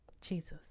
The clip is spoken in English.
Jesus